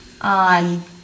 on